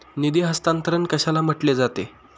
निधी हस्तांतरण कशाला म्हटले जाते?